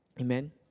Amen